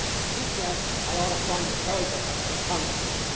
she said i ought to fund the program when it comes to it.